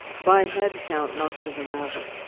by head count, most of them haven't.